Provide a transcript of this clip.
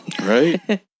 Right